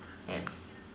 yes